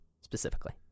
specifically